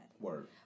Word